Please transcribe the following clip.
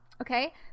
Okay